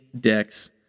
decks